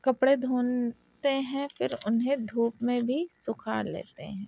کپڑے دھوتے ہیں پھر انہیں دھوپ میں بھی سکھا لیتے ہیں